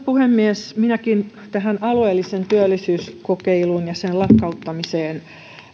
puhemies minäkin palaisin tähän alueelliseen työllisyyskokeiluun ja sen lakkauttamiseen